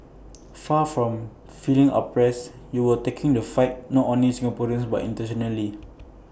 far from feeling oppressed you were taking the fight not only Singaporeans but